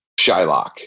Shylock